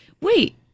Wait